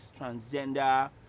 transgender